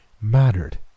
mattered